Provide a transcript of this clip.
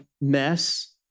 mess